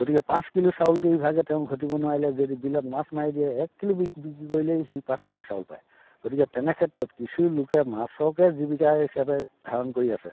গতিকে পাঁচ কিলো চাউলটো ইভাগে তেওঁ ঘটিব নোৱাৰিলে যদি বিলত মাছ মাৰি দিয়ে এক কিলো বি বিক্ৰী কৰিলেই সি পাঁচ কিলো চাউল পায় গতিকে তেনেক্ষেত্ৰত কিছু লোকে মাছকে জীৱিকা হিচাপে ধাৰণ কৰি আছে